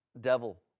devil